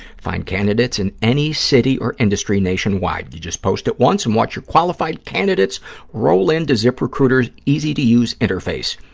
find candidates in any city or industry nationwide. you just post it once and watch your qualified candidates roll in to ziprecruiter's easy-to-use interface,